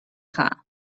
خواهم